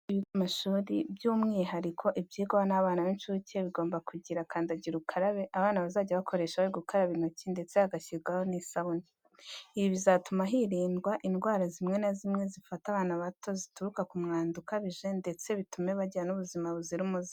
Ibigo by'amashuri by'umwihariko ibyigwaho n'abana b'incuke bigomba kugira kandagira ukarabe abana bazajya bakoresha bari gukaraba intoki ndetse hagashyirwaho n'isabune. Ibi bizatuma hirindwa indwara zimwe na zimwe zifata abana bato zituruka ku mwanda ukabije ndetse bitume bagira n'ubuzima buzira umuze.